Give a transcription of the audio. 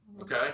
okay